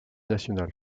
nationales